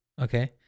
Okay